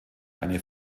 eine